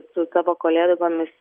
su savo kolegomis